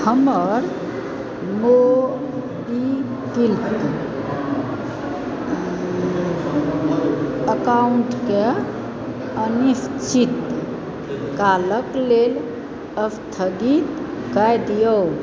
हमर मोबीक्विक अकाउंटकेँ अनिश्चित कालक लेल स्थगित कए दिऔ